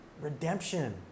Redemption